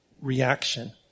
reaction